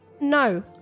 no